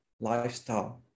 lifestyle